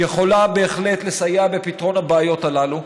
יכולה בהחלט לסייע בפתרון הבעיות הללו.